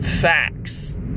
Facts